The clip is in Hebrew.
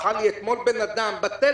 אתמול בכה לי אדם בטלפון,